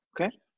Okay